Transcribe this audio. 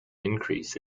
increase